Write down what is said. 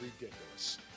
ridiculous